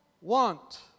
want